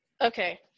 Okay